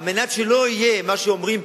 על מנת שלא יהיה מה שאומרים פה,